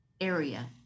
area